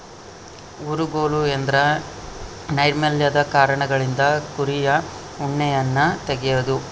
ಊರುಗೋಲು ಎಂದ್ರ ನೈರ್ಮಲ್ಯದ ಕಾರಣಗಳಿಗಾಗಿ ಕುರಿಯ ಉಣ್ಣೆಯನ್ನ ತೆಗೆದು